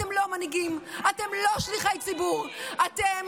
אתם לא מנהיגים, אתם לא שליחי ציבור, אתם